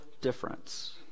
difference